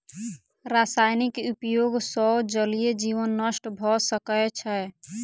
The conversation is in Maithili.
रासायनिक उपयोग सॅ जलीय जीवन नष्ट भ सकै छै